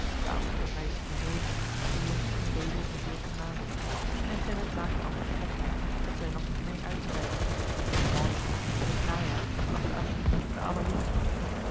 de oudste een meisje van zeven de jongste een baby van veertien maanden en gerrit maakte altijd gekheid dat zij er nog niet meê uitscheidden en waarlijk in het najaar wachtte adeline de allerjongste